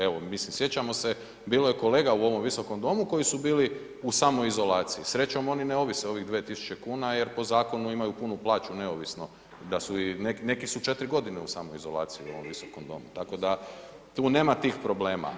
Evo, mislim sjećamo se bilo je kolega u ovom visokom domu koji su bili u samoizolaciji, srećom oni ne ovise o ovih 2.000 kuna jer po zakonu imaju punu plaću neovisno da su, neki su 4 godine u ovom visokom domu tako da tu nema tih problema.